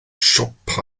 siop